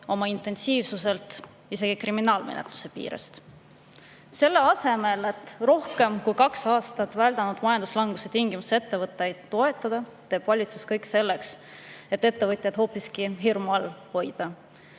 oma intensiivsuselt isegi kriminaalmenetluse piiresse. Selle asemel et rohkem kui kaks aastat väldanud majanduslanguse tingimustes ettevõtteid toetada, teeb valitsus kõik selleks, et ettevõtjaid hoopiski hirmu all hoida. On